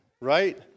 Right